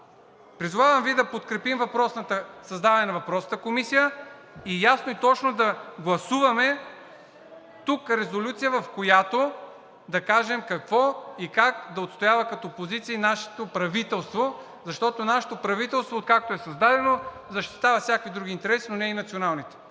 призовавам Ви да подкрепим създаване на въпросната комисия и ясно и точно да гласуваме тук резолюция, в която да кажем какво и как да отстоява като позиции нашето правителство, защото нашето правителство, откакто е създадено, защитава всякакви други интереси, но не и националните.